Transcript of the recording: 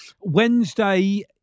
Wednesday